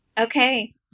Okay